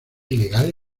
ilegal